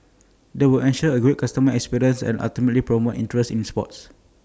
they will ensure A great customer experience and ultimately promote interest in sports